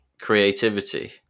creativity